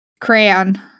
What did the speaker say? Crayon